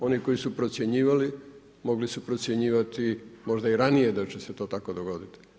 Oni koji su procjenjivali mogli su procjenjivati možda i ranije da će se to dogoditi.